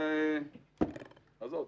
יאריכו עוד.